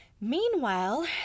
Meanwhile